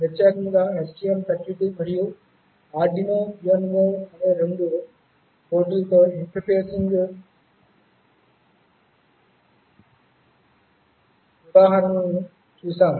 ప్రత్యేకంగా STM32 మరియు Arduino UNO అనే రెండు బోర్డులతో ఇంటర్ఫేసింగ్ ఉదాహరణలను చూశాము